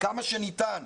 בכמה שניתן.